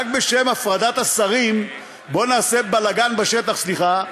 רק בשם הפרדת השרים בואו נעשה בלגן בשטח, סליחה,